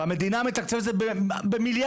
והמדינה מתקצבת את זה במיליארדים.